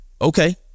Okay